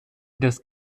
das